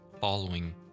following